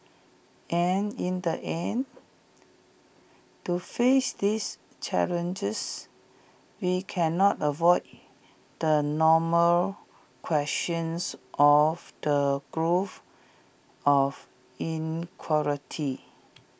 and in the end to face this challenges we can not avoid the normal questions of the growth of inequality